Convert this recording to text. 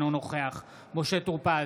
אינו נוכח משה טור פז,